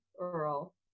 Earl